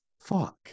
fuck